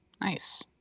nice